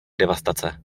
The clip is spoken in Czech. devastace